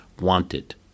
wanted